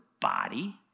body